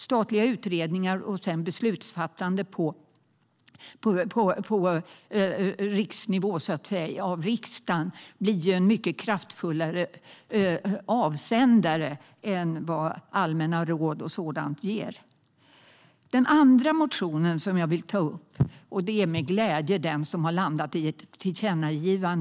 Statliga utredningar och sedan ett beslutsfattande på riksnivå, av riksdagen, blir en mycket kraftfullare avsändare än allmänna råd och sådant. Den andra motion jag tar upp är den som jag med glädje ser har landat i ett tillkännagivande.